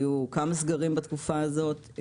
היו כמה סגרים בתקופה הזאת.